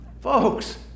Folks